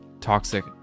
toxic